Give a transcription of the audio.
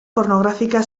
pornográfica